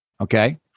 okay